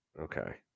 Okay